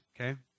okay